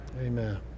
Amen